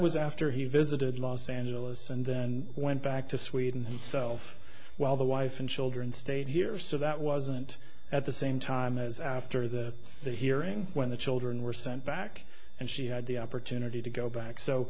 was after he visited los angeles and then went back to sweden himself while the wife and children stayed here so that wasn't at the same time as after the hearing when the children were sent back and she had the opportunity to go back so